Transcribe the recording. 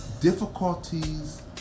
difficulties